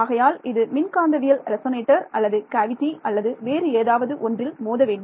ஆகையால் இது மின்காந்தவியல் ரெஸோனேட்டர் அல்லது கேவிட்டி அல்லது வேறு ஏதாவது ஒன்றில் மோத வேண்டும்